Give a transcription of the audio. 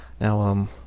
Now